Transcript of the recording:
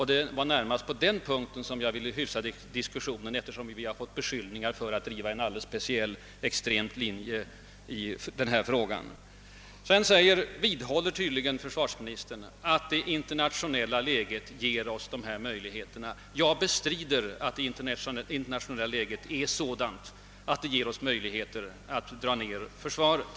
Det var närmast på den punkten jag ville hyfsa diskussionen, eftersom det nu hävdats att vi drivit en alldeles speciell »extrem» linje i frågan. Försvarsministern vidhåller tydligen att det internationella läget ger oss möjligheter till nedskärningar. Jag bestrider att det internationella läget är sådant att det ger oss möjligheter att dra ned försvaret.